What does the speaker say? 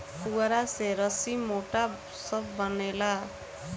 पुआरा से रसी, मोढ़ा सब बनेला